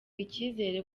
icyizere